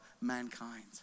mankind